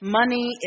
money